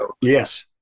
Yes